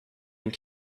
and